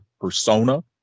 persona